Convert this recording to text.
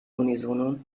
unisono